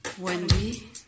Wendy